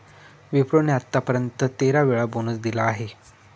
विप्रो ने आत्तापर्यंत तेरा वेळा बोनस दिला आहे